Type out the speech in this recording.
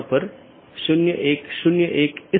इसमें स्रोत या गंतव्य AS में ही रहते है